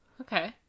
Okay